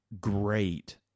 great